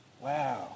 Wow